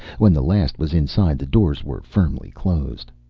when the last was inside the doors were firmly closed.